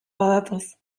badatoz